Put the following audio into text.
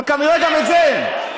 אבל כרגע גם את זה אין.